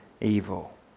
evil